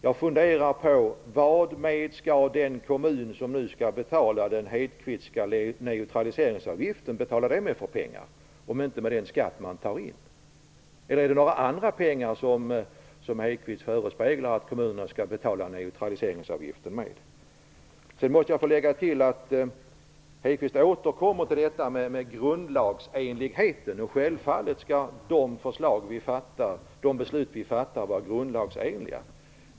Med vilka pengar skall den kommun som skall betala den Hedquistska neutraliseringsavgiften betala om inte med den skatt den tar in? Eller är det några andra pengar som Hedquist förespeglar att kommunerna skall betala neutraliseringsavgiften med? Lennart Hedquist återkommer till detta med grundlagsenligheten. Självfallet skall de beslut som riksdagen fattar vara grundlagsenliga.